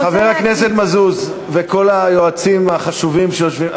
חבר הכנסת מזוז וכל היועצים החשובים שיושבים,